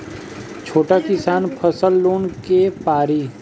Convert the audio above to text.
छोटा किसान फसल लोन ले पारी?